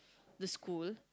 the school